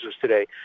today